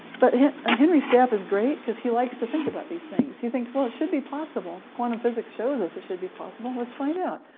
but ah henry step is great because he likes to think about these things he thinks, well it should be possible quantum physics shows us it should be possible. let's find out.